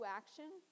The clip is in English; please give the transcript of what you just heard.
action